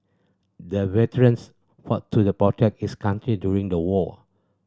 the veterans fought to the protect his country during the war